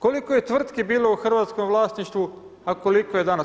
Koliko je tvrtki bilo u hrvatskom vlasništvu a koliko je danas?